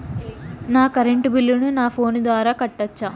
నా కరెంటు బిల్లును నా ఫోను ద్వారా కట్టొచ్చా?